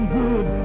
good